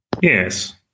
yes